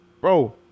bro